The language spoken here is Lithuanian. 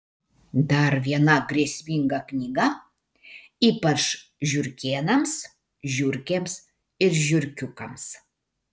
dar viena grėsminga knyga ypač žiurkėnams žiurkėms ir žiurkiukams